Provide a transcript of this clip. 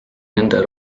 nende